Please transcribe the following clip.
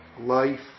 life